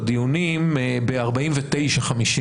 הדיונים ב-49'-50',